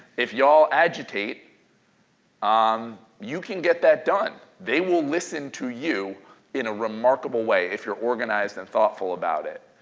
if y'all agitate um you can get that done they will listen to you in a remarkable way if you're organized and thoughtful about it.